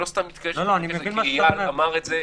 איל אמר את זה.